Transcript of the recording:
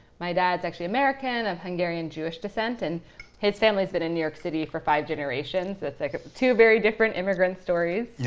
my dad is american of hungarian jewish descent, and his family has been in new york city for five generations. it's like ah two very different immigrant stories. yeah